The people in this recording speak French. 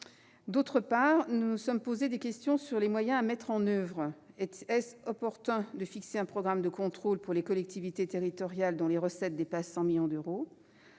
ailleurs, nous nous sommes posé des questions sur les moyens à mettre en oeuvre. Est-il opportun de fixer un programme de contrôle pour les collectivités territoriales dont les recettes dépassent 100 millions d'euros ?